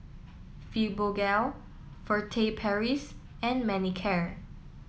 Fibogel Furtere Paris and Manicare